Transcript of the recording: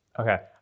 Okay